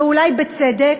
ואולי בצדק: